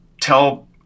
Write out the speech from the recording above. tell